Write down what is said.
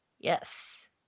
Yes